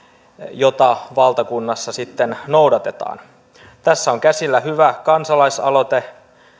jota valtakunnassa sitten noudatetaan tässä on käsillä hyvä kansalaisaloite